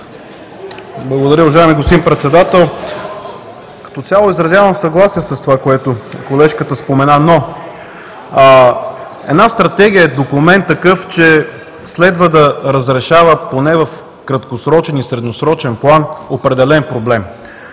Благодаря, уважаеми господин Председател. Като цяло изразявам съгласие с това, което колежката спомена. Но една Стратегия е такъв документ, че следва да разрешава поне в краткосрочен и средносрочен план определен проблем.